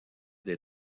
des